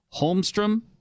Holmstrom